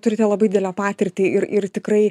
turite labai didelę patirtį ir ir tikrai